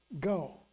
go